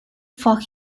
for